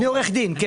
אני עורך דין, כן.